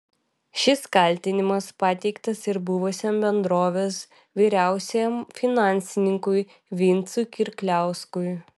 šis kaltinimas pateiktas ir buvusiam bendrovės vyriausiajam finansininkui vincui kirkliauskui